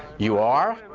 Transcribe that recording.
you are?